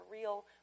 real